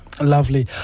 Lovely